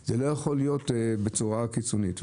זה לא יכול להיות בצורה קיצונית.